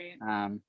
Right